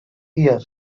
year